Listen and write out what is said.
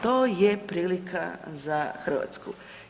To je prilika za Hrvatsku.